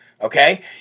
Okay